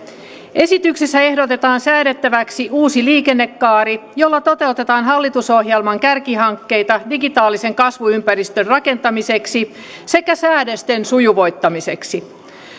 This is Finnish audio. esityksessä ehdotetaan säädettäväksi uusi liikennekaari jolla toteutetaan hallitusohjelman kärkihankkeita digitaalisen kasvuympäristön rakentamiseksi sekä säädösten sujuvoittamiseksi